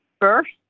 first